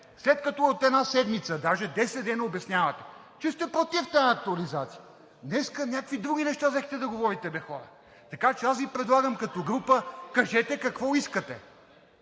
след като от една седмица, даже десет дни, обяснявате, че сте против тази актуализация, днес някакви други неща взехте да говорите бе, хора. Така че аз Ви предлагам като група: кажете какво искате?!